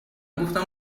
گفتم